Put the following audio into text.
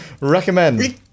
recommend